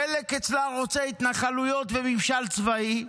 חלק אצלה רוצה התנחלויות וממשל צבאי,